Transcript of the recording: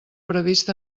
previst